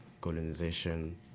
colonization